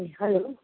hello